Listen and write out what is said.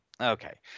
Okay